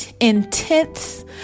intense